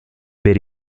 per